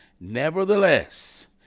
Nevertheless